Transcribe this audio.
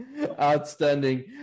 Outstanding